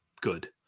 good